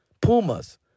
pumas